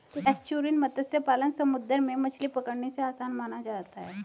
estuarine मत्स्य पालन समुंदर में मछली पकड़ने से आसान माना जाता है